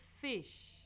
fish